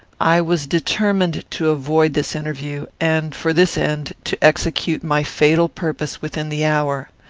i was determined to avoid this interview, and, for this end, to execute my fatal purpose within the hour.